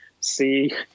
see